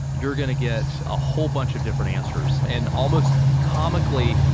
you're going to get a whole bunch of different answers. and almost comically,